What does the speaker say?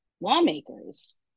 lawmakers